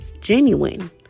genuine